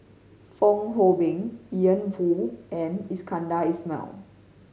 Fong Hoe Beng Ian Woo and Iskandar Ismail